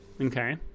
Okay